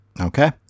Okay